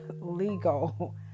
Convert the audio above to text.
legal